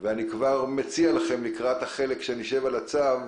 ואני מציע לכם, לקראת החלק שבו נשב על הצו,